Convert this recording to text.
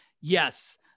yes